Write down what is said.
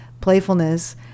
playfulness